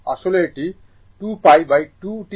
আসলে এটি 2π 2 টি নয়